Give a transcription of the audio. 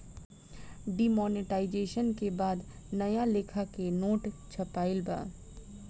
demonetisation के बाद नया लेखा के नोट छपाईल बा